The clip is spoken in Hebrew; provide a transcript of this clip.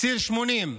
ציר 80,